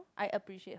I appreciate how